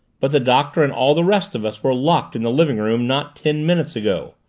but the doctor and all the rest of us were locked in the living-room not ten minutes ago!